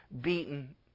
beaten